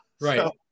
Right